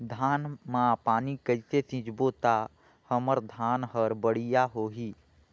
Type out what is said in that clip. धान मा पानी कइसे सिंचबो ता हमर धन हर बढ़िया होही?